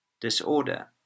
disorder